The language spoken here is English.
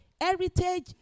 Heritage